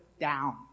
down